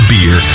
Beer